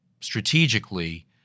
strategically